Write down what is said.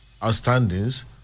outstandings